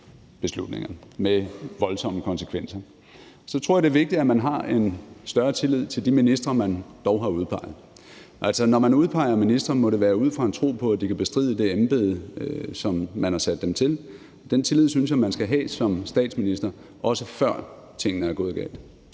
beslutninger med voldsomme konsekvenser. Så tror jeg, det er vigtigt, at man har en større tillid til de ministre, man dog har udpeget. Altså, når man udpeger ministre, må det være ud fra en tro på, at de kan bestride det embede, som man har sat dem til, og den tillid synes jeg man skal have som statsminister, også før tingene er gået galt.